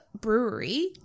brewery